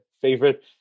favorite